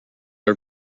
are